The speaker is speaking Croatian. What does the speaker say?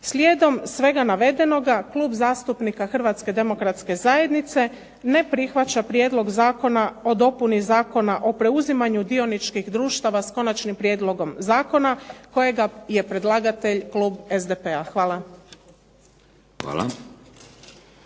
Slijedom svega navedenoga Klub zastupnika Hrvatske demokratske zajednice ne prihvaća prijedlog Zakona o dopuni Zakona o preuzimanju dioničkih društava s konačnim prijedlogom zakona, kojega je predlagatelj klub SDP-a. Hvala.